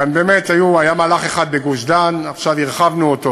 באמת, היה מהלך אחד בגוש-דן, עכשיו הרחבנו אותו